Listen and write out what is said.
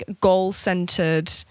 goal-centered